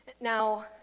Now